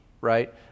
right